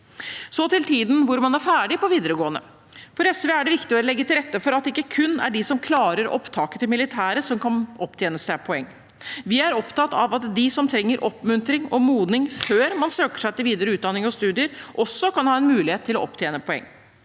Så til tiden hvor man er ferdig på videregående. For SV er det viktig å legge til rette for at det ikke kun er de som klarer opptaket til militæret, som kan opptjene poeng. Vi er opptatt av at de som trenger oppmuntring og modning før de søker seg til videre utdanning og studier, også kan ha en mulighet til å opptjene poeng.